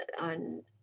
on